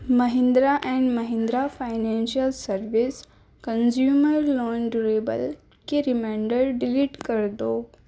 Mahindra and Mahindra financial service consumer loan durable کی reminder delete کر دو